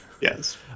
Yes